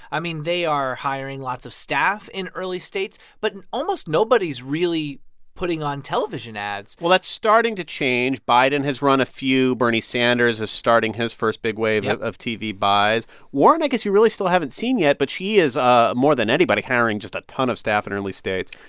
i mean, they are hiring lots of staff in early states. but and almost nobody's really putting on television ads well, that's starting to change. biden has run a few. bernie sanders is starting his first big wave of of tv buys yep warren, i guess, you really still haven't seen yet, but she is, ah more than anybody, hiring just a ton of staff in early states.